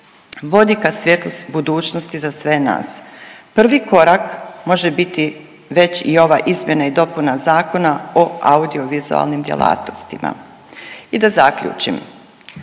vodi ka svjetlost budućnosti za sve nas. Prvi korak može biti već i ova izmjena i dopuna Zakona o audiovizualnim djelatnostima. I da zaključim,